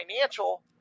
financial